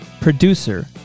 producer